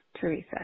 Teresa